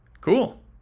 Cool